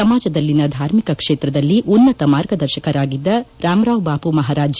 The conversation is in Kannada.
ಸಮಾಜದಲ್ಲಿನ ಧಾರ್ಮಿಕ ಕ್ಷೇತ್ರದಲ್ಲಿ ಉನ್ನತ ಮಾರ್ಗದರ್ಶಕರಾಗಿದ್ದ ರಾಮ್ ರಾವ್ ಬಾಮ ಮಪಾರಾಜ್